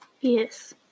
Yes